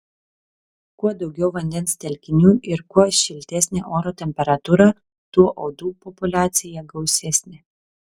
kuo daugiau vandens telkinių ir kuo šiltesnė oro temperatūra tuo uodų populiacija gausesnė